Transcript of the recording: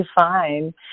fine